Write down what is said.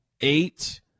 eight